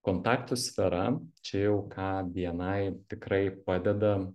kontaktų sfera čia jau ką bni tikrai padeda